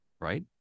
right